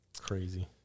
crazy